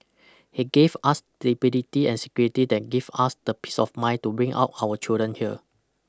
he gave us stability and security that give us the peace of mind to bring up our children here